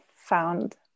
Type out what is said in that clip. found